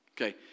Okay